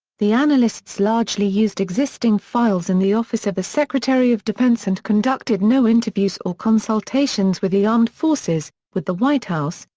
the analysts largely used existing files in the office of the secretary of defense and conducted no interviews or consultations with the armed forces, with the white house,